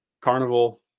carnival